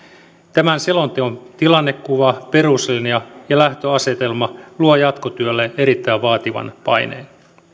tämän selonteon tilannekuva peruslinja ja lähtöasetelma luo jatkotyölle erittäin vaativan paineen